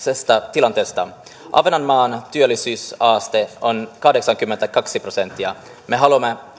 tilanteesta ahvenanmaan työllisyysaste on kahdeksankymmentäkaksi prosenttia me haluamme